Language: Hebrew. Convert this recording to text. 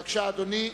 בבקשה, אדוני,